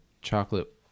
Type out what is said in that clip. chocolate